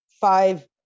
five